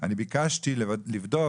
אני ביקשתי לבדוק,